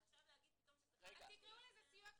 עכשיו להגיד פתאום ש --- אז תקראו לזה "סיוע כספי".